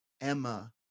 Emma